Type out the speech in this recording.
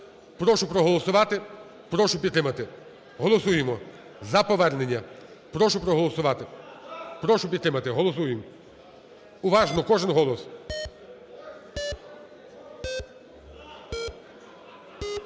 Прошу проголосувати. Прошу підтримати. Голосуємо. За повернення. Прошу проголосувати. Прошу підтримати. Голосуємо. Уважно! Кожен голос.